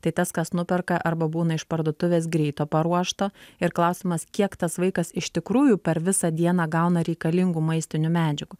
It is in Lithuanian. tai tas kas nuperka arba būna iš parduotuvės greito paruošto ir klausimas kiek tas vaikas iš tikrųjų per visą dieną gauna reikalingų maistinių medžiagų